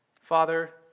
Father